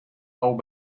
hold